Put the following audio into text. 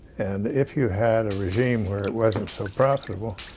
and, if you had a regime where it wasn't so profitable,